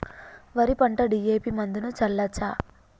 వరి పంట డి.ఎ.పి మందును చల్లచ్చా?